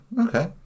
Okay